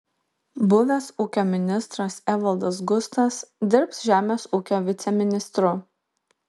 buvęs ūkio ministras evaldas gustas dirbs žemės ūkio viceministru